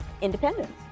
independence